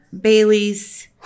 Bailey's